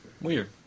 Weird